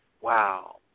wow